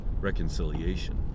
reconciliation